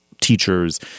teachers